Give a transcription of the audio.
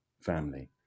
family